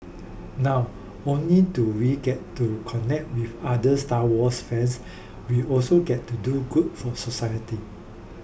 now only do we get to connect with other Star Wars fans we also get to do good for society